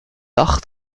arts